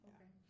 Okay